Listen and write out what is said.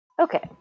Okay